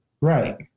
Right